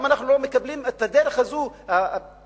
אנחנו גם לא מקבלים את הדרך הזאת להכתיב